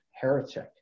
heretic